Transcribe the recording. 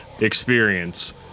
experience